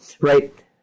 right